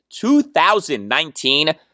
2019